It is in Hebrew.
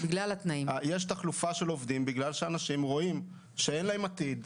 יש תחלופה של עובדים בגלל שאנשים רואים שאין להם עתיד,